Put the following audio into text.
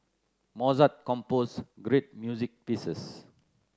Mozart composed great music pieces